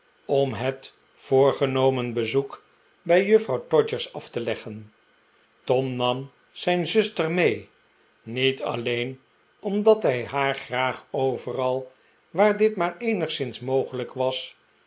om het voorgenomen bezoek bij juffrouw todgers af te leggen tom nam zijn zuster mee niet alleen omdat hij haar graag overal waar dit maar eenigszins mogelijk was